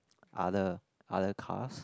other other cars